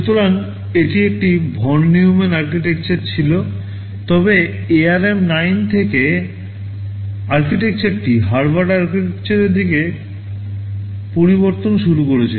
সুতরাং এটি একটি ভন নিউমান আর্কিটেকচারের মতো ছিল তবে ARM 9 থেকে আর্কিটেকচারটি হার্ভার্ড আর্কিটেকচারের দিকে পরিবর্তন শুরু করেছিল